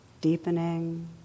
deepening